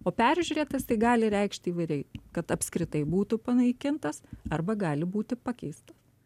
o peržiūrėtas tai gali reikšti įvairiai kad apskritai būtų panaikintas arba gali būti pakeista